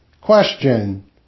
Question